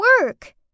work